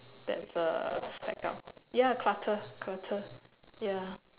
that uh stack up ya clutter clutter ya